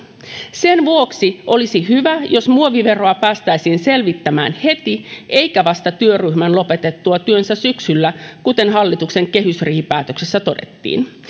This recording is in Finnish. sen vuoksi olisi hyvä jos muoviveroa päästäisiin selvittämään heti eikä vasta työryhmän lopetettua työnsä syksyllä kuten hallituksen kehysriihipäätöksessä todettiin